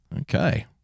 Okay